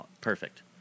perfect